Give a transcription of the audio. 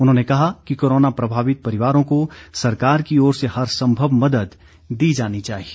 उन्होंने कहा कि कोरोना प्रभावित परिवारों को सरकार की ओर से हर संभव मदद दी जानी चाहिए